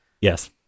yes